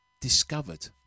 discovered